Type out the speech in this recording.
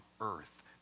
earth